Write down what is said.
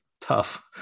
Tough